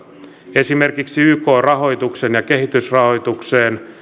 esimerkiksi ykn rahoitukseen ja kehitysrahoitukseen